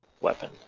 weapon